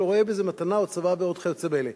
שלא רואה בזה מתנה או צוואה ועוד כיוצא באלה.